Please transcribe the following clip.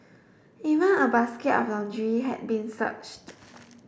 even a basket of laundry had been searched